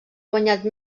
guanyat